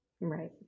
Right